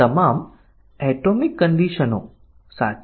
અહીં મુખ્ય હેતુ મુખ્ય ઉદ્દેશ પરીક્ષણના કેસો લખવાનું છે